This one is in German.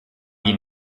ihn